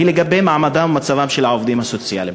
והיא לגבי מעמדם ומצבם של העובדים הסוציאליים.